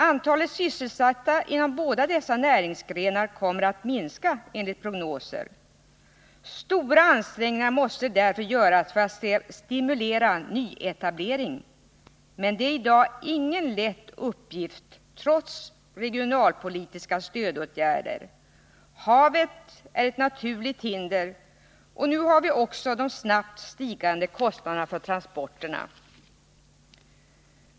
Antalet sysselsatta inom båda dessa näringsgrenar kommer enligt prognosen att minska. Stora ansträngningar måste därför göras för att stimulera nyetablering. Men det är i dag ingen lätt uppgift, trots regionalpolitiska stödåtgärder. Havet är ett naturligt hinder, och nu har vi också de snabbt stigande kostnaderna för transporterna.